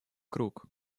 круг